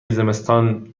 زمستان